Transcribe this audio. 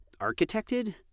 architected